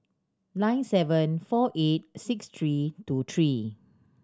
nine seven four eight six three two three